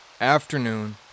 afternoon